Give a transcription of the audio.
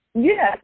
yes